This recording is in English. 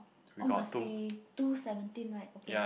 oh must be two seventeen right okay